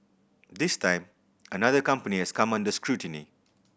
this time another company has come under scrutiny